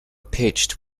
pitched